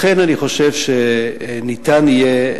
לכן אני חושב שניתן יהיה,